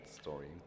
story